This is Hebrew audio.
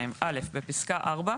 (א)בפסקה (4),